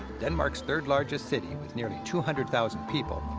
denmark's third-largest city with nearly two hundred thousand people,